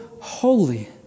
holy